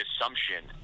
assumption